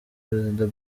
perezida